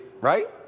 right